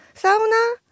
Sauna